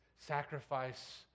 sacrifice